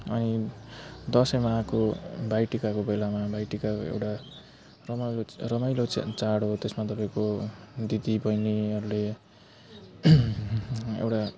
अनि दसैँमा आएको भाइटिकाको बेलामा भाइटिका एउटा रमाइलो रमाइलो चाड हो त्यसमा तपाँईको दिदी बहिनीहरूले एउटा